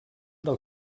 del